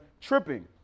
tripping